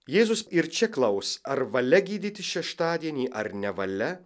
jėzus ir čia klaus ar valia gydyti šeštadienį ar nevalia